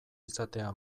izatea